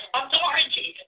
authority